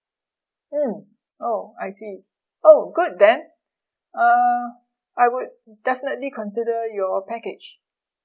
mm oh I see oh good then uh I would definitely consider your package